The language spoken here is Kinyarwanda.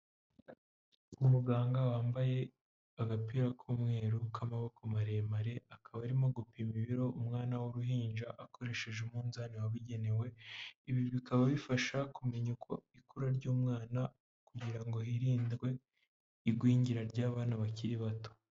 Umuganga wambaye agapira k'umweru k'amaboko maremare, akaba arimo gupima ibiro umwana w'uruhinja akoresheje umunzani wabigenewe, ibi bikaba bifasha kumenya uko ikura ry'umwana, kugira ngo hirindwe igwingira ry'abana bakiri bato.